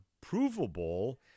provable